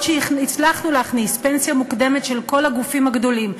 שהצלחנו להכניס פנסיה מוקדמת של כל הגופים הגדולים,